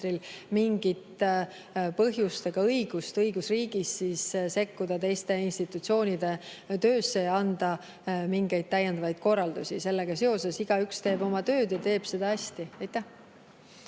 mingit põhjust ega õigust õigusriigis sekkuda teiste institutsioonide töösse ja anda mingeid täiendavaid korraldusi. Sellega seoses igaüks teeb oma tööd ja teeb seda hästi. Aitäh!